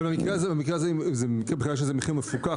אבל במקרה הזה זה מחיר מפוקח,